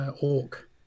orc